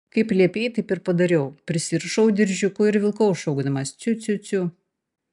kaip liepei taip ir padariau prisirišau diržiuku ir vilkau šaukdamas ciu ciu ciu